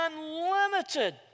unlimited